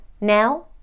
Now